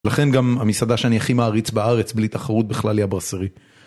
ולכן גם המסעדה שאני הכי מעריץ בארץ בלי תחרות בכלל היא הברסרי.